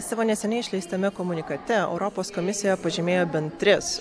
savo neseniai išleistame komunikate europos komisija pažymėjo bent tris